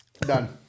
Done